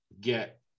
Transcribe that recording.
get